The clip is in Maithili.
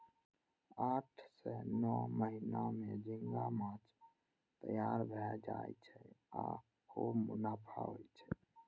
आठ सं नौ महीना मे झींगा माछ तैयार भए जाय छै आ खूब मुनाफा होइ छै